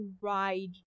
ride